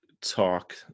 talk